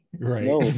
Right